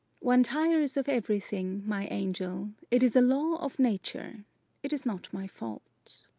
one tires of every thing, my angel! it is a law of nature it is not my fault.